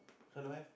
so don't have